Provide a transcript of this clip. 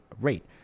rate